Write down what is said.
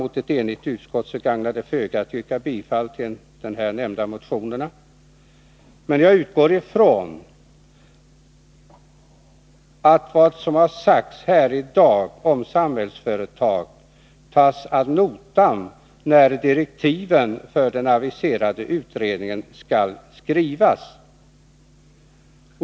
Mot ett enigt utskott gagnar det föga att yrka bifall till de här nämnda motionerna, men jag utgår ifrån att vad som har sagts här i dag om Samhällsföretag tas ad notam när direktiven för den aviserade utredningen skall skrivas.